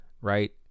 right